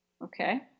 Okay